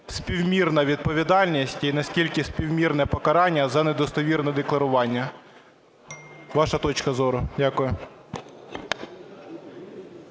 співмірна відповідальність і наскільки співмірне покарання за недостовірне декларування? Ваша точка зору. Дякую.